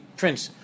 prince